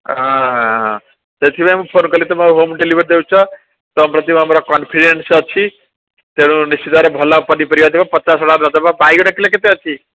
ଆଁ ହଁ ହଁ ହଁ ସେଥିପାଇଁ ମୁଁ ଫୋନ୍ କଲି ତମେ ହୋମ୍ ଡେଲିଭରି ଦେଉଛ ତୁମ ପ୍ରତି ଆମର କନଫିଡେନ୍ସ ଅଛି ତେଣୁ ନିଶ୍ଚିନ୍ତ ଭାବରେ ଭଲ ପନିପରିବା ଦେବ ପଚାସଢ଼ା ନଦେବ ବାଇଗଣ କିଲୋ କେତେ ଅଛି